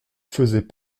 faisaient